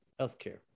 healthcare